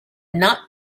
not